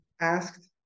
asked